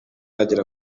agera